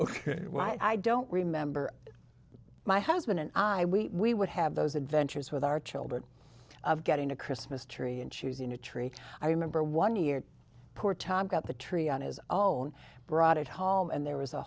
ok well i don't remember my husband and i we we would have those adventures with our children getting a christmas tree and choosing a tree i remember one year poor tom got the tree on his own brought it home and there was a